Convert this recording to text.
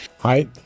Hi